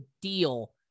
deal